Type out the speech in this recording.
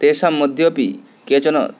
तेषां मध्येऽपि केचन